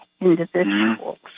individuals